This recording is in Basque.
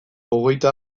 hogeita